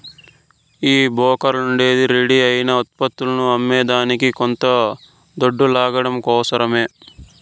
ఈ బోకర్లుండేదే రెడీ అయిన ఉత్పత్తులని అమ్మేదానికి కొంత దొడ్డు లాగడం కోసరమే